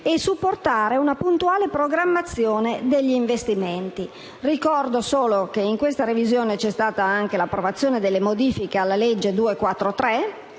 di supportare una puntuale programmazione degli investimenti. Ricordo solo che in questa revisione vi è stata anche l'approvazione delle modifiche alla legge n.